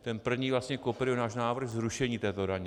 Ten první vlastně kopíruje náš návrh zrušení této daně.